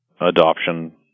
adoption